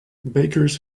bakers